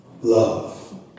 Love